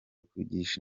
kugisha